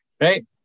Right